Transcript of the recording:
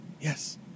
Yes